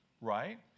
Right